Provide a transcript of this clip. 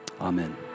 Amen